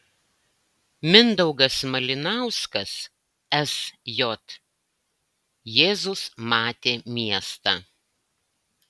mindaugas malinauskas sj jėzus matė miestą